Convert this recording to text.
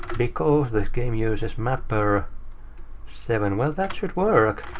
because this game uses mapper seven. well that should work?